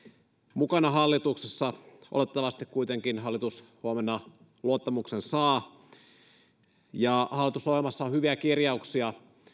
mukana hallituksessa oletettavasti kuitenkin hallitus huomenna luottamuksen saa hallitusohjelmassa on hyviä kirjauksia